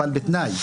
אבל בתנאי,